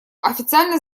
официально